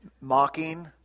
mocking